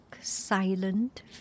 silent